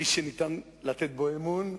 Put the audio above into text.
איש שניתן לתת בו אמון,